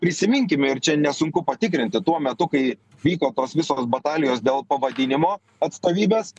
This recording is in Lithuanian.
prisiminkime ir čia nesunku patikrinti tuo metu kai vyko tos visos batalijos dėl pavadinimo atstovybės